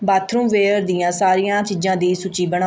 bathroomware ਦੀਆਂ ਸਾਰੀਆਂ ਚੀਜ਼ਾਂ ਦੀ ਸੂਚੀ ਬਣਾਓ